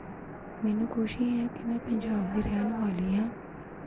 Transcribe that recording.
ਮੈਨੂੰ ਖੁਸ਼ੀ ਹੈ ਕਿ ਮੈਂ ਪੰਜਾਬ ਦੀ ਰਹਿਣ ਵਾਲੀ ਹਾਂ